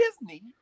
Disney